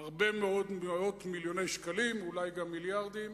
הרבה מאוד מאות מיליוני שקלים, אולי גם מיליארדים.